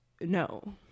no